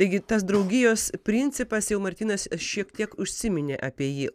taigi tas draugijos principas jau martynas šiek tiek užsiminė apie jį